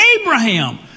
Abraham